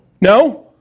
No